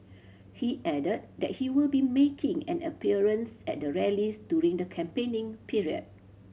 he added that he will be making an appearance at their rallies during the campaigning period